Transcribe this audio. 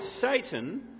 Satan